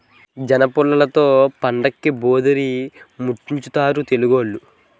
జనపుల్లలతో పండక్కి భోధీరిముట్టించుతారు తెలుగోళ్లు